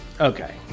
Okay